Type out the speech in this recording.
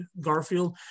Garfield